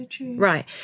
Right